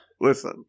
Listen